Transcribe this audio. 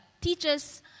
teachers